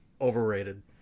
Overrated